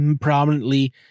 prominently